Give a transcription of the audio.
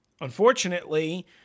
Unfortunately